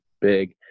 big